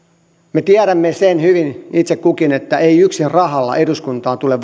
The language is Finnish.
me tiedämme sen hyvin itse kukin että ei yksin rahalla eduskuntaan tule